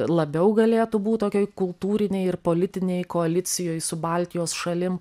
labiau galėtų būt tokioj kultūrinėj ir politinėj koalicijoj su baltijos šalim